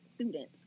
students